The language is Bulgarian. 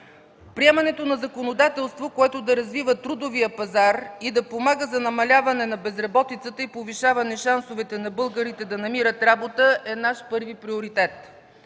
Приемането на законодателство, което да развива трудовия пазар и да помага за намаляване на безработицата и повишаване на шансовете на българите да намират работа, е наш първи приоритет.